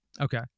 Okay